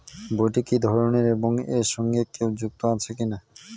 বইটি কি ধরনের এবং এর সঙ্গে কেউ যুক্ত আছে কিনা?